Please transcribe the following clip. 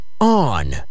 On